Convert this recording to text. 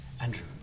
Andrew